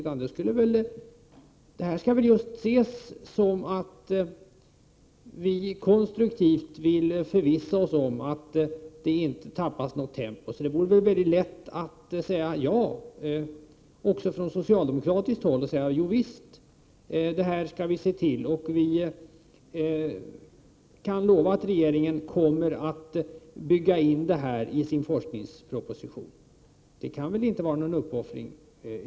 Den skall snarare ses som att vi konstruktivt vill förvissa oss om att man inte tappar tempot. Det vore väl lätt att säga ja också från socialdemokratiskt håll. Man kunde säga: Ja visst, detta skall vi se till, och vi kan lova att regeringen kommer att bygga in detta i sin forskningsproposition. Det kan väl inte vara någon uppoffring?